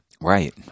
Right